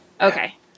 okay